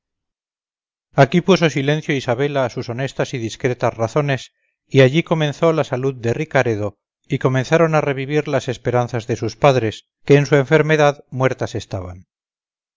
aquí puso silencio isabela a sus honestas y discretas razones y allí comenzó la salud de ricaredo y comenzaron a revivir las esperanzas de sus padres que en su enfermedad muertas estaban